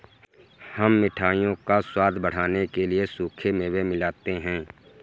हम मिठाइयों का स्वाद बढ़ाने के लिए सूखे मेवे मिलाते हैं